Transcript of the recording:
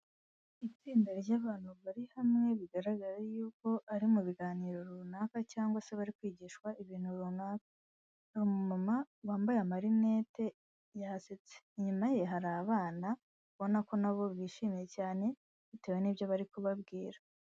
Itsinda ry'abantu bari hamwe bigaragara yuko ari mu biganiro runaka cyangwa se bari kwigishwa ibintu runaka, hari umumama wambaye amarinete yasetse. Inyuma ye hari abana ubona ko nabo bishimye cyane bitewe n'ibyo bari kubabwira.